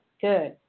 good